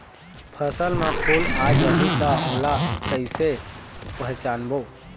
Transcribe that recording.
फसल म फूल आ जाही त ओला कइसे पहचानबो?